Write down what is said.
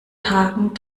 tagen